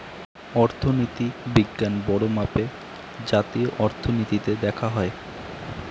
অর্থনীতি বিজ্ঞান বড়ো মাপে জাতীয় অর্থনীতিতে দেখা হয়